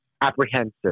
apprehensive